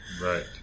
right